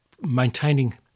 maintaining